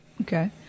Okay